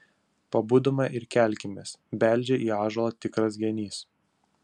pabudome ir kelkimės beldžia į ąžuolą tikras genys